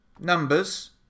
numbers